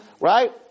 right